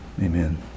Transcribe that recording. Amen